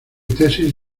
tesis